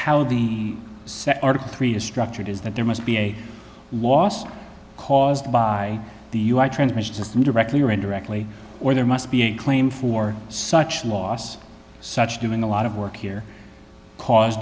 how the article three is structured is that there must be a loss caused by the u i transmission system directly or indirectly or there must be a claim for such loss such doing a lot of work here cause